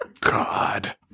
God